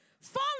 fall